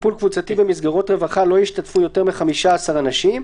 "(5)בטיפול קבוצתי במסגרות רווחה לא ישתתפו יותר מ-15 אנשים,